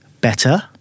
Better